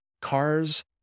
cars